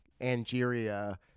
Angeria